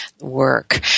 work